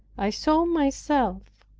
i saw myself,